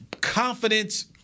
confidence